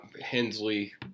Hensley